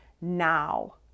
now